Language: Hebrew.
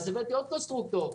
אז הבאתי עוד קונסטרוקטור,